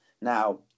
Now